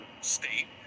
state